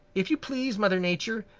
if you please, mother nature,